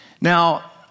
Now